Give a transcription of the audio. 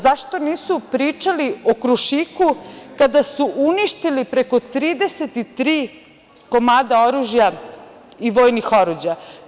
Zašto nisu pričali o „Krušiku“ kada su uništili preko 33 komada oružja i vojnih oruđa?